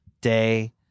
day